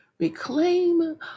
Reclaim